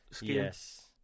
Yes